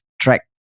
track